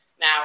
now